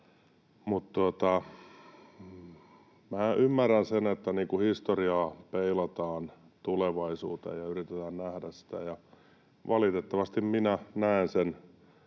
ymmärrän sen, että historiaa peilataan tulevaisuuteen ja yritetään nähdä sitä, ja valitettavasti minä näen sen